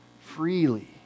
Freely